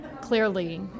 clearly